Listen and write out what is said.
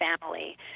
family